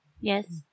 Yes